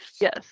Yes